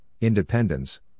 independence